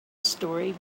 story